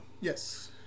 Yes